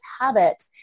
habit